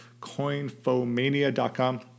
CoinfoMania.com